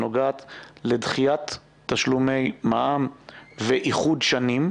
שנוגעת לדחיית תשלומי מע"מ ואיחוד שנים,